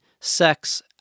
sex